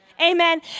Amen